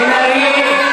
בן ארי.